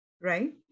right